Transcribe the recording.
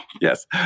Yes